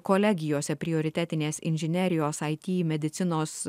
kolegijose prioritetinės inžinerijos it medicinos